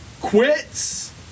quits